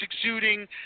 exuding